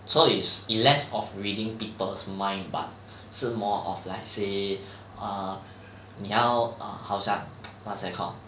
so is is less of reading people's mind but 是 more of like say err 你要好像 what's that called